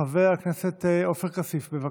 חבר הכנסת עופר כסיף, בבקשה,